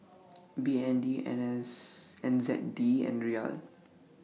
B N D N S N Z D and Riyal